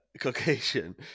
Caucasian